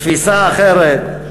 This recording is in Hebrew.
תפיסה אחרת?